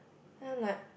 then I'm like